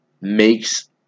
makes